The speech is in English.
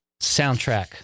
Soundtrack